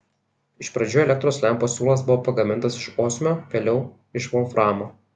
iš pradžių elektros lempos siūlas buvo pagamintas iš osmio vėliau iš volframo